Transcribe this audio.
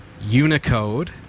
Unicode